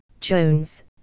Jones